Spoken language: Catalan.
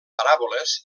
paràboles